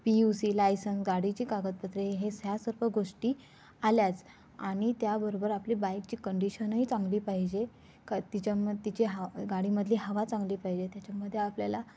P U C licence गाडीची कागदपत्रे हेस ह्या सर्व गोष्टी आल्याच आणि त्याबरोबर आपली बाईकची कंडिशनही चांगली पाहिजे का तिच्याम तिची हा गाडीमधली हवा चांगली पाहिजे त्याच्यामध्ये आपल्याला